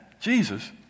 Jesus